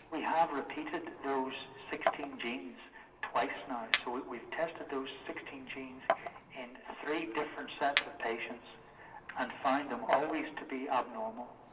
we have repeated those sixteen genes twice now, so that we've tested those sixteen genes in three different sets of patients and find them always to be abnormal.